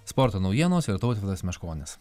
sporto naujienos ir tautvydas meškonis